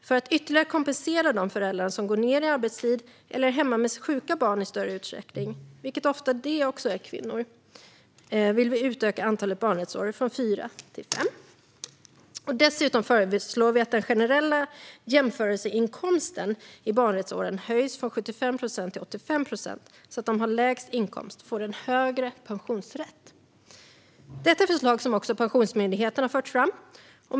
För att ytterligare kompensera de föräldrar som går ned i arbetstid eller är hemma med sjuka barn i större utsträckning, vilket oftast också är kvinnor, vill vi utöka antalet barnrättsår från fyra till fem. Dessutom föreslår vi att den generella jämförelseinkomsten i barnrättsåren höjs från 75 procent till 85 procent så att de som har lägst inkomst får en högre pensionsrätt. Detta är förslag som också Pensionsmyndigheten har fört fram.